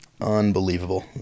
unbelievable